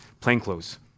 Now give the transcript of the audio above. plainclothes